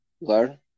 learn